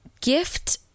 gift